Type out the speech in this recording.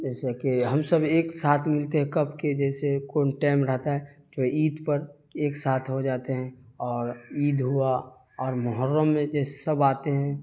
جیسا کہ ہم ایک ساتھ ملتے ہیں کب کہ جیسے کون ٹیم رہتا ہے تو عید پر ایک ساتھ ہو جاتے ہیں اور عید ہوا اور محرم میں جیسے سب آتے ہیں